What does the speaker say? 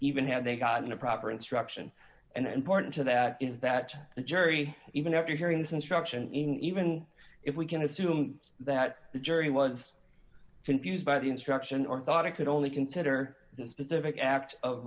even had they gotten a proper instruction and important to that is that the jury even after hearing this instruction even if we can assume that the jury was confused by the instruction or thought it could only consider the specific act of